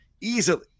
easily